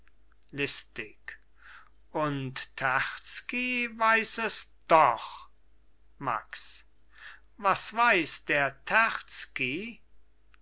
und terzky weiß es doch max was weiß der